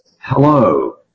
Hello